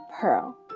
Pearl